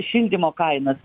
šildymo kainas